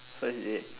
first date